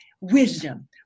wisdom